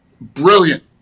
Brilliant